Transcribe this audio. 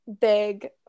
big